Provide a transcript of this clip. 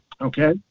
Okay